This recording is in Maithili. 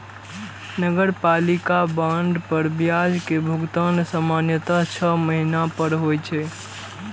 नगरपालिका बांड पर ब्याज के भुगतान सामान्यतः छह महीना पर होइ छै